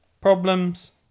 problems